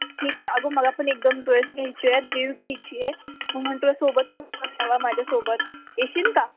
ठीक आहे अगं मला पण एक दोन ड्रेस घ्यायचे आहेत जीन्स घ्यायची आहे मग म्हण तुझ्यासोबत माझ्यासोबत येशील का